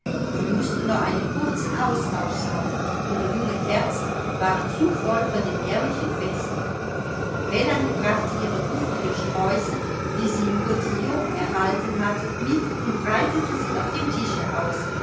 sie mußten noch einen kurzen austausch haben ihre jungen herzen waren zu voll von dem herrlichen feste melanie brachte ihre duftigen sträuße die sie im cotillon erhalten hatte mit und breitete sie auf dem tische aus